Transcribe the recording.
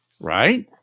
right